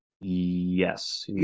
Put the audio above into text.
Yes